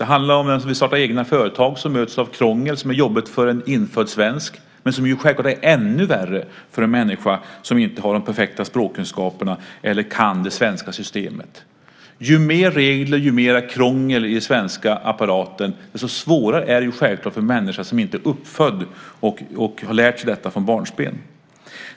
Det handlar om den som vill starta eget företag som möts av krångel som är jobbigt för en infödd svensk men som självklart är ännu värre för en människa som inte har de perfekta språkkunskaperna eller kan det svenska systemet. Ju mer regler och ju mer krångel i den svenska apparaten desto svårare är det självklart för en människa som inte har lärt sig detta från barnsben.